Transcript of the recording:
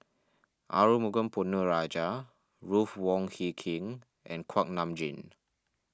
Arumugam Ponnu Rajah Ruth Wong Hie King and Kuak Nam Jin